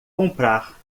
comprar